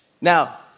Now